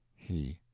he.